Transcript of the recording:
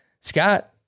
Scott